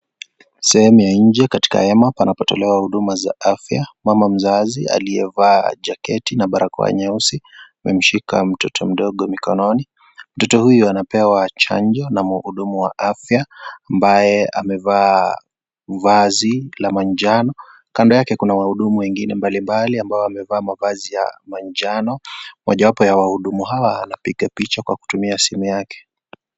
Sehemu ya nje katika hema, panapotolewa huduma za afya. Mama mzazi, aliyevaa jaketi na barakoa nyeusi, amemshika mtoto mdogo mikononi. Mtoto huyo anapewa chanjo na mhudumu wa afya, ambaye amevaa vazi la manjano. Kando yake kuna wahudumu wengine mbalimbali, ambao wamevaa mavazi ya manjano. Mojawapo ya wahudumu hawa, anapiga picha kwa kutumia simu yake.